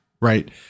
right